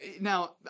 Now